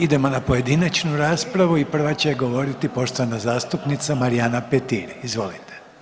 Idemo na pojedinačnu raspravu i prva će govoriti poštovana zastupnica Marijana Petir, izvolite.